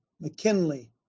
McKinley